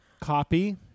Copy